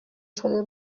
شده